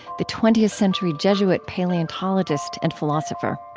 the twentieth century jesuit paleontologist and philosopher.